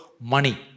money